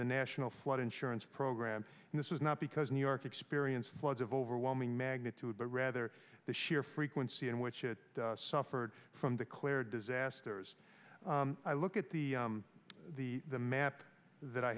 the national flood insurance program and this is not because new york experienced floods of overwhelming magnitude but rather the sheer frequency in which it suffered from the clear disasters i look at the the the map that i